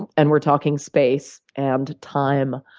and and we're talking space and time,